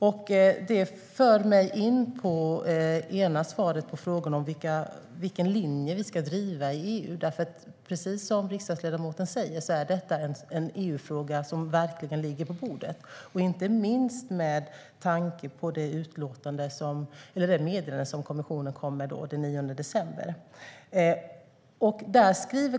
Detta för mig in på svaret på den ena frågan om vilken linje regeringen ska driva i EU. Precis som riksdagsledamoten säger är detta en EU-fråga som verkligen ligger på bordet, inte minst med tanke på det meddelande kommissionen lade fram den 9 december.